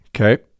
Okay